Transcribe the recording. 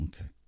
Okay